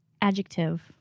Adjective